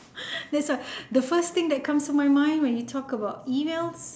yes ah the first thing that comes to my mind when you talk about emails